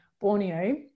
Borneo